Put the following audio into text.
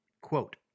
Quote